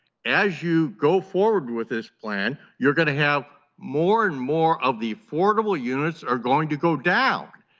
as you go forward with this plan, you are going to have more and more of the affordable units are going to go down,